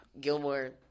Gilmore